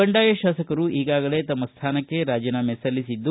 ಬಂಡಾಯ ಶಾಸಕರು ಈಗಾಗಲೇ ತಮ್ಮ ಸ್ಥಾನಕ್ಕೆ ರಾಜೀನಾಮೆ ಸಲ್ಲಿಸಿದ್ದು